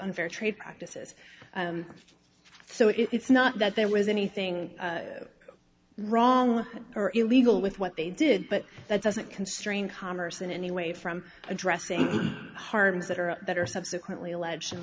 unfair trade practices so it's not that there was anything wrong or illegal with what they did but that doesn't constrain commerce in any way from addressing harms that are that are subsequently alleged in